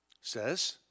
says